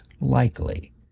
likely